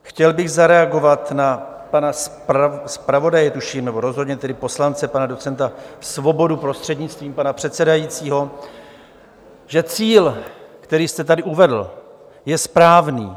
Chtěl bych zareagovat na pana zpravodaje, nebo rozhodně na pana poslance pana docenta Svobodu, prostřednictvím pana předsedajícího, že cíl, který jste tady uvedl, je správný.